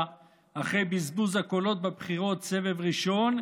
אחרי בזבוז הקולות בבחירות סבב ראשון,